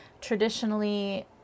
Traditionally